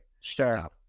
Sure